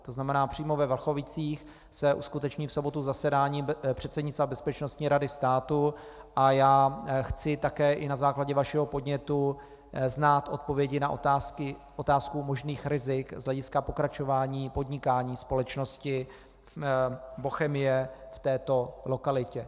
To znamená, přímo ve Vlachovicích se uskuteční v sobotu zasedání předsednictva Bezpečnostní rady státu a já chci také i na základě vašeho podnětu znát odpovědi na otázku možných rizik z hlediska pokračování podnikání společnosti Bochemie v této lokalitě.